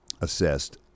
assessed